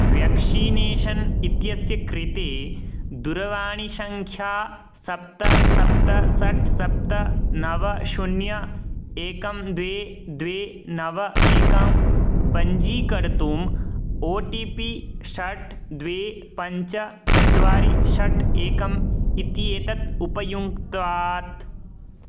vaccination इत्यस्य कृते दूरवाणीसङ्ख्या सप्त सप्त षट् सप्त नव शून्यम् एकं द्वे द्वे नव एकं पञ्जीकर्तुम् ओ टि पि षट् द्वे पञ्च चत्वारि षट् एकम् इति एतत् उपयुङ्क्तात्